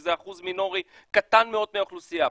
שזה אחוז מינורי וקטן מאוד מן האוכלוסייה.